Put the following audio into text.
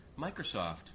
Microsoft